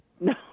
No